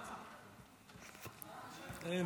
אין.